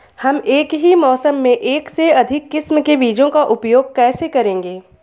हम एक ही मौसम में एक से अधिक किस्म के बीजों का उपयोग कैसे करेंगे?